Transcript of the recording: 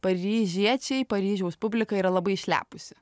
paryžiečiai paryžiaus publika yra labai išlepusi